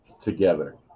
together